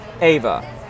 Ava